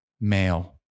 male